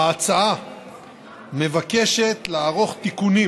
ההצעה מבקשת לערוך תיקונים